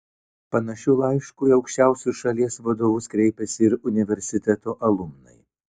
panašiu laišku į aukščiausius šalies vadovus kreipėsi ir universiteto alumnai